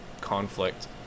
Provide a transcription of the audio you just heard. conflict